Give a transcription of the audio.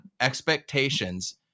expectations